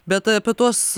bet apie tuos